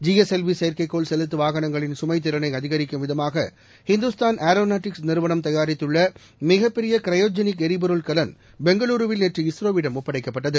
GSLV செயற்கைக்கோள் செலுத்து வாகனங்களின் சுமை திறனை அதிகரிக்கும் விதமாக ஹிந்துஸ்தான் ஏரோநாட்டிக்ஸ் நிறுவனம் தயாரித்துள்ள மிகப்பெரிய க்ரையோஜெனிக் எரிபொருள் கலன் பெங்களூருவில் நேற்று இஸ்ரோவிடம் ஒப்படைக்கப்பட்டது